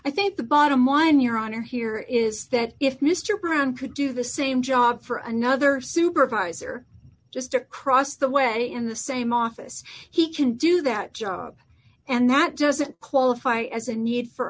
i think the bottom line your honor here is that if mr brown could do the same job for another supervisor just across the way in the same office he can do that job and that doesn't qualify as a need for